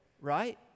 right